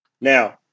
Now